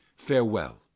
farewell